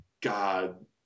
God